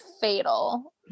fatal